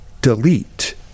Delete